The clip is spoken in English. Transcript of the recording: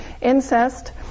incest